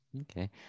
Okay